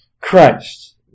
Christ